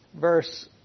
verse